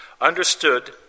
understood